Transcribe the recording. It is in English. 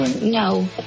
No